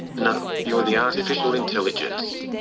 no, you're the artificial intelligence,